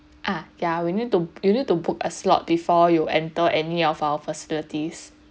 ah ya we need to you need to book a slot before you enter any of our facilities